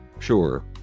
Sure